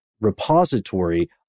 repository